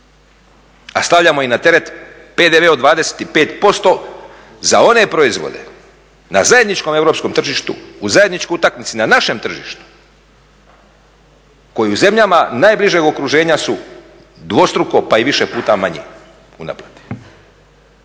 a stavljamo i na teret PDV od 25% za one proizvode na zajedničkom europskom tržištu, u zajedničkoj utakmici na našem tržištu koju zemljama najbližeg okruženja su dvostruko pa i više puta manji u naplati.